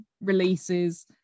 releases